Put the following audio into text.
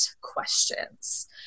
questions